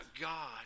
God